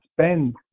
spend